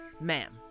ma'am